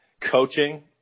coaching